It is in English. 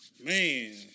Man